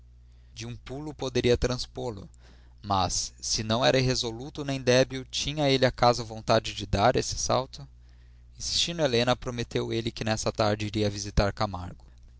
de um pulo poderia transpô lo mas se não era irresoluto nem débil tinha ele acaso vontade de dar esse salto insistindo helena prometeu ele que nessa tarde iria visitar camargo